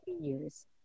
years